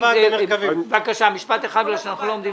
בגלל שהרעיון היה שברגע שיש לך מחיר היצף,